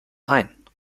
ein